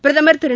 பிரதமர் திரு